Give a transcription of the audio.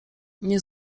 nie